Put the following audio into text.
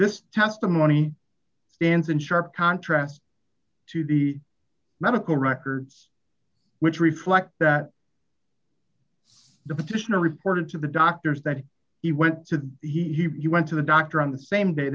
this testimony stands in sharp contrast to the medical records which reflect that the petitioner reported to the doctors that he went to he went to the doctor on the same day